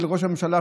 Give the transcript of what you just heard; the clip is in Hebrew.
של ראש הממשלה,